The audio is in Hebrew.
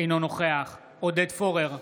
אינו נוכח עודד פורר,